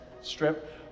strip